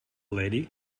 lady